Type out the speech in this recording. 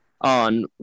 on